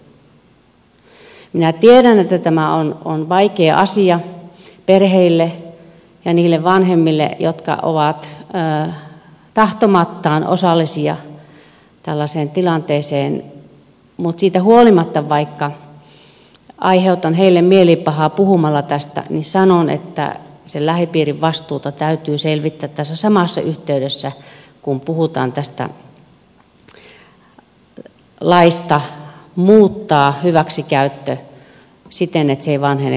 minä tiedän että tämä on vaikea asia perheille ja niille vanhemmille jotka ovat tahtomattaan osallisia tällaiseen tilanteeseen mutta siitä huolimatta että aiheutan heille mielipahaa puhumalla tästä niin sanon että sen lähipiirin vastuuta täytyy selvittää tässä samassa yhteydessä kun puhutaan tästä laista hyväksikäytön muuttamiseksi siten että se ei vanhene koskaan